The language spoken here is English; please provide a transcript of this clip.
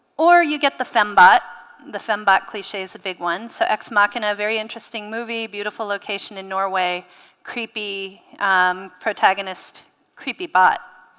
or you get the fembot but the fembot cliche is a big one so ex machina a very interesting movie beautiful location in norway creepy um protagonist creepy bot